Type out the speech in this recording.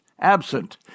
absent